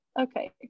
Okay